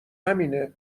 همینه